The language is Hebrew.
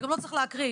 וגם לא צריך להקריא.